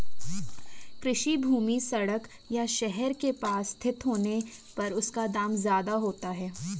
कृषि भूमि सड़क या शहर के पास स्थित होने पर उसका दाम ज्यादा होता है